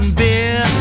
beer